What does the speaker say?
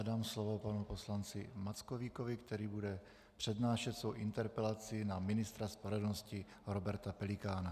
Dám slovo panu poslanci Mackovíkovi, který bude přednášet svou interpelaci na ministra spravedlnosti Roberta Pelikána.